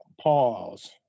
pause